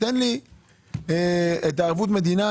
תן לי את ערבות המדינה,